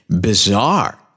bizarre